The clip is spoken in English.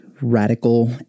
radical